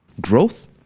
Growth